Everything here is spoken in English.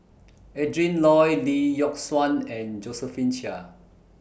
Adrin Loi Lee Yock Suan and Josephine Chia